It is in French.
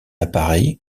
appareil